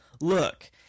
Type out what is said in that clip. look